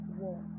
war